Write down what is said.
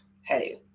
Hey